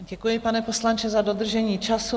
Děkuji, pane poslanče, za dodržení času.